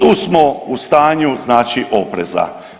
Tu smo u stanju znači opreza.